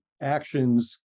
Actions